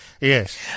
Yes